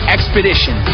Expedition